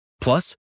Plus